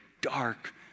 dark